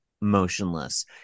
motionless